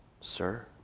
Sir